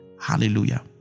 hallelujah